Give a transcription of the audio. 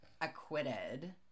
acquitted